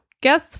Guess